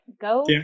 go